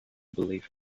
belief